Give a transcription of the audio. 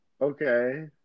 Okay